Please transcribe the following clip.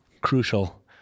Crucial